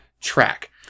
track